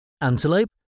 Antelope